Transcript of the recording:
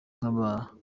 nk’aba